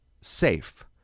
safe